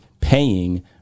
paying